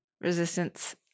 resistance